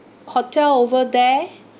hotel over there